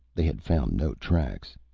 they had found no tracks.